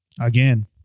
Again